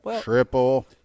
triple